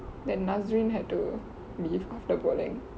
then nazrin had to leave after bowling